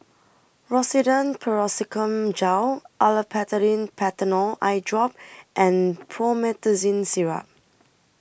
Rosiden Piroxicam Gel Olopatadine Patanol Eyedrop and Promethazine Syrup